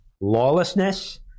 lawlessness